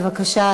בבקשה,